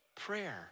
prayer